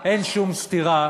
סתירה, אין שום סתירה,